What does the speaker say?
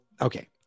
okay